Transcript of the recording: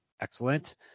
excellent